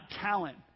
Talent